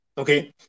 Okay